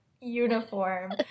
uniform